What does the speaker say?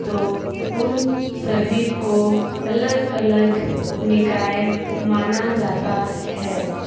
तो उन सभी को अलग अलग निकाय माना जाता है